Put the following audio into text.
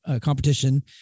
competition